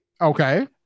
Okay